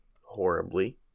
horribly